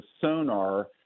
sonar